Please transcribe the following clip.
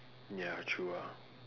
ya true ah